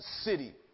city